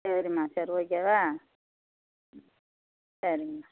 சரிம்மா சரி ஓகேவா சரி